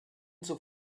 zur